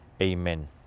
Amen